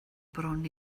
bron